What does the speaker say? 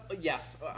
Yes